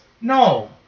No